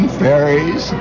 fairies